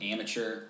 Amateur